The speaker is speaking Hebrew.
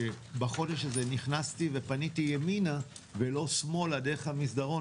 שבחודש הזה נכנסתי ופניתי ימינה ולא שמאלה דרך המסדרון.